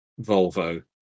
Volvo